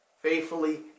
faithfully